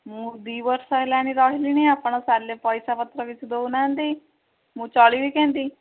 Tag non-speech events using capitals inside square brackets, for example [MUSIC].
ମୁଁ ଦୁଇ ବର୍ଷ ହେଲାଣି ରହିଲିଣି ଆପଣ [UNINTELLIGIBLE] ପଇସାପତ୍ର କିଛି ଦଉନାହାନ୍ତି ମୁଁ ଚଳିବି କେମିତି